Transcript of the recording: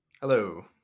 Hello